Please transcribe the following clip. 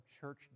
church